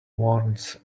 warns